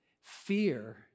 Fear